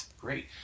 Great